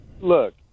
look